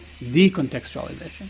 decontextualization